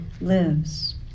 lives